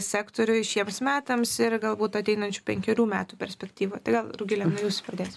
sektoriui šiems metams ir galbūt ateinančių penkerių metų perspektyvoj tai gal rugilė nuo jūsų pradėsim